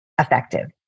effective